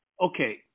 Okay